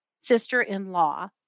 sister-in-law